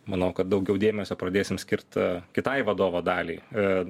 manau kad daugiau dėmesio pradėsim skirta kitai vadovo daliai a